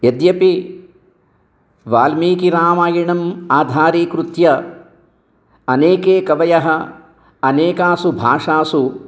यद्यपि वाल्मीकिरामायणम् आधारीकृत्य अनेके कवयः अनेकासु भाषासु